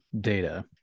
Data